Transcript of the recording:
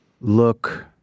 look